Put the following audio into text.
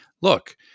look